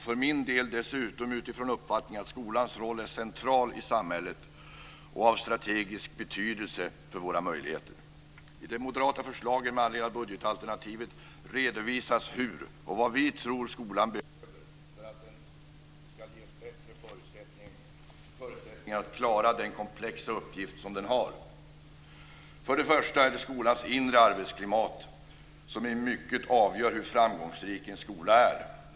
För min del är det dessutom utifrån uppfattningen att skolans roll är central i samhället och av strategisk betydelse för våra möjligheter. I de moderata förslagen med anledning av budgetalternativet redovisas vad vi tror att skolan behöver för att den ska ges bättre förutsättningar att klara den komplexa uppgift som den har. För det första är det skolans inre arbetsklimat som i mycket avgör hur framgångsrik en skola är.